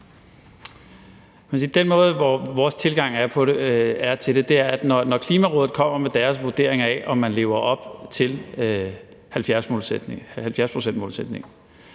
at den måde, som vores tilgang er på, er, at vi, når Klimarådet kommer med deres vurderinger af, om man lever op til 70-procentsmålsætningen,